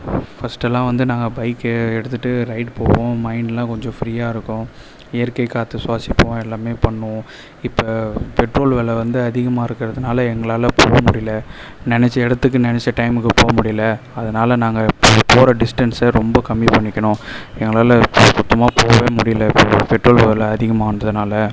ஃபர்ஸ்ட்டலாம் வந்து நாங்கள் பைக்கை எடுத்துகிட்டு ரைட் போவோம் மைண்ட்லாம் கொஞ்சம் ஃப்ரீயாகருக்கும் இயற்கை காற்ற சுவாசிப்போம் எல்லாமே பண்ணுவோம் இப்போ பெட்ரோல் வில வந்து அதிகமாக இருக்கிறதுனால எங்களால் போக முடியல நினச்ச இடத்துக்கு நினச்ச டைம்க்கு போக முடியல அதனால் நாங்கள் போகற டிஸ்டன்ஸை ரொம்ப கம்மி பண்ணிக்கணும் எங்களால் சுத்தமாக போவே முடியல பெட்ரோல் வில அதிகமானதுனால